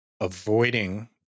avoiding